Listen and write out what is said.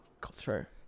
culture